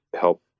help